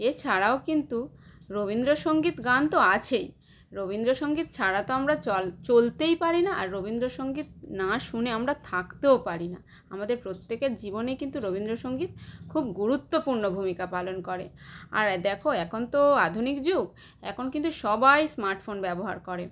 এছাড়াও কিন্তু রবীন্দ্রসঙ্গীত গান তো আছেই রবীন্দ্রসঙ্গীত ছাড়া তো আমরা চল চলতেই পারি না আর রবীন্দ্রসঙ্গীত না শুনে আমরা থাকতেও পারি না আমাদের প্রত্যেকের জীবনেই কিন্তু রবীন্দ্রসঙ্গীত খুব গুরুত্বপূর্ণ ভূমিকা পালন করে আর দেখো এখন তো আধুনিক যুগ এখন কিন্তু সবাই স্মার্টফোন ব্যবহার করে